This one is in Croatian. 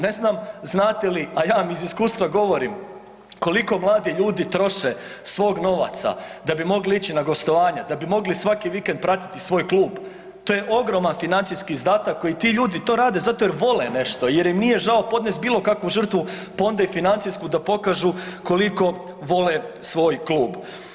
Ne znam znate li, a ja vam iz iskustva govorim koliko mladi ljudi troše svog novaca da bi mogli ići na gostovanja, da bi mogli svaki vikend pratiti svoj klub, to je ogroman financijski izdatak koji ti ljudi to rade zato jer vole nešto, jer im nije žao podnesti bilo kakvu žrtvu pa onda i financijsku da pokažu koliko vole svoj klub.